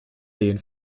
den